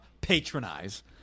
patronize